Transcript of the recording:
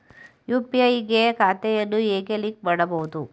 UPI ಗೆ ಖಾತೆಯನ್ನು ಹೇಗೆ ಲಿಂಕ್ ಮಾಡುವುದು?